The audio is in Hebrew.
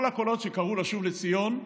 כל הקולות שקראו לשוב לציון,